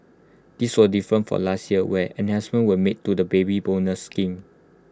this was different from last year where enhancements were made to the Baby Bonus scheme